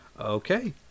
Okay